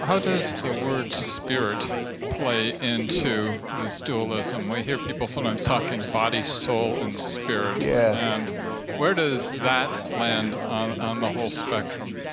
does the word spirit play into this dualism. we hear people sometimes talking body soul and spirit. and where does that land on the whole spectrum.